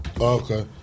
Okay